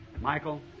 Michael